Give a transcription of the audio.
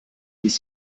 ließ